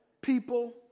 People